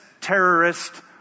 terrorist